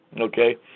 Okay